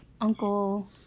Uncle